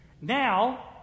Now